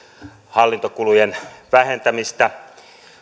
hallintokulujen vähentämistä